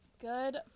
Good